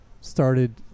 started